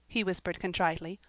he whispered contritely.